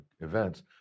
events